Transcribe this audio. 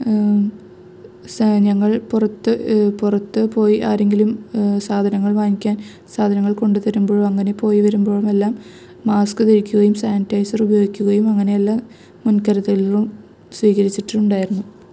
സാ ഞങ്ങൾ പുറത്ത് പുറത്ത് പോയി ആരെങ്കിലും സാധനങ്ങൾ വാങ്ങിക്കാൻ സാധനങ്ങൾ കൊണ്ടത്തരുമ്പോഴും അങ്ങനെ പോയി വരുമ്പോഴും എല്ലാം മാസ്ക് ധരിയ്ക്കുകയും സാനിറ്റൈസർ ഉപയോഗിക്കുകയും അങ്ങനെയെല്ലാ മുൻകരുതല്കളും സ്വീകരിച്ചിട്ടുണ്ടായിരുന്നു